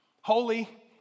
holy